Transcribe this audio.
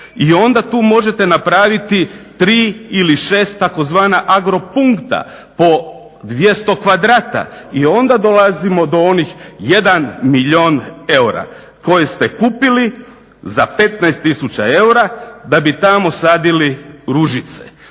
I onda tu možete napraviti 3 ili 6 tzv. agro-punkta po 200 kvadrata i onda dolazimo do onih 1 milijun eura koje ste kupili za 15 tisuća eura da bi tamo sadili ružice,